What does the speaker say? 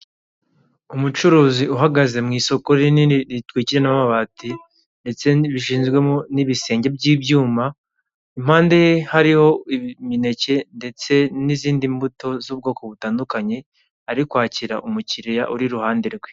Umucuruzi uhagaze mu isoko rinini ritwikiwe n'amabati ndetse bishizwemo n'ibisenge by'ibyuma impande ye hariho imineke ndetse n'izindi mbuto z'ubwoko butandukanye ari kwakira umukiriya uri iruhande rwe.